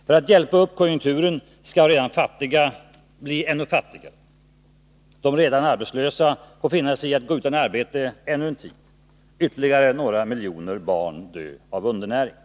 För att hjälpa upp konjunkturen skall redan fattiga bli ännu fattigare, de redan arbetslösa får finna sig att gå utan arbete ännu en tid, och ytterligare några miljoner barn skall dö av undernäring.